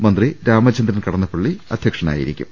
മന്ത്രി രാമ ചന്ദ്രൻ കടന്നപ്പള്ളി അധ്യക്ഷനായിരിക്കും